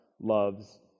loves